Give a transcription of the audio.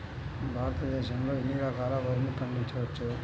భారతదేశంలో ఎన్ని రకాల వరిని పండించవచ్చు